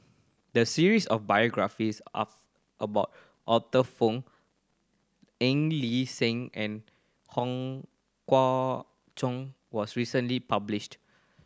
the series of biographies of about Arthur Fong Eng Lee Sing and Hong Kah Chun was recently published